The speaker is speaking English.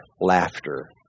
Laughter